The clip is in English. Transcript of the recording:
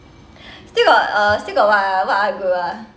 still got uh still got what ah what other group ah